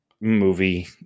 movie